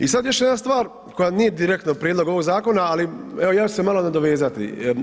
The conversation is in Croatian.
I sad još jedna stvar koja nije direktno prijedlog ovog zakona, ali evo ja ću se malo nadovezati.